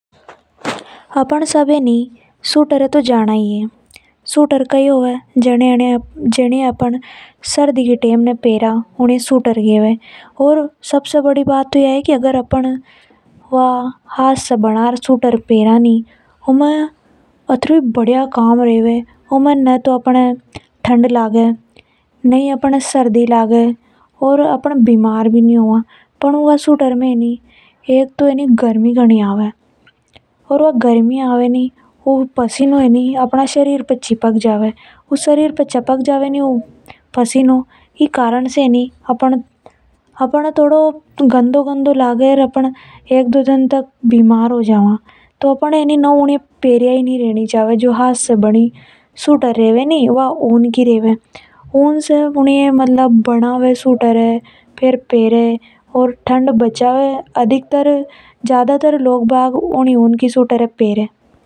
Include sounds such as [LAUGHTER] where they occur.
अपन सब ये नि स्वेटर न तो जाना ही है। स्वेटर वा होवे जीने अपन सर्दी की टेम न पहना। और सबसे बढ़िया तो है नि व स्वेटर रेवे जीने अपन हाथ से बना के पहना उन में घनों बढ़िया काम रेवे। उमे न तो अपन न ठंड लगे न ही सर्दी लगे और अपन ऊनी ये पैर बा से बीमार भी नि होवा। अपन न ई स्वेटर पहन बा से गर्मी भी घनी आवे ओर वो गर्मी अपने शरीर से चिपक जावे पसीना से अपन ने गंदे जैसे लगे। [NOISE] ज्यादातर लोग ई स्वेटर ने ही फेरे।